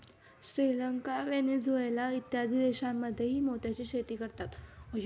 Sri Lanka, Venezuela इत्यादी देशांमध्येही मोत्याची शेती करतात